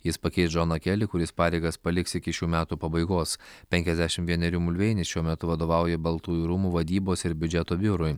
jis pakeis džoną kelį kuris pareigas paliks iki šių metų pabaigos penkiasdešim vienerių mulveinis šiuo metu vadovauja baltųjų rūmų vadybos ir biudžeto biurui